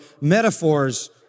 metaphors